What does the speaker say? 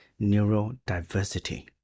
neurodiversity